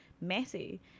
messy